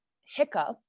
hiccup